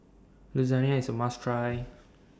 Lasagna IS A must Try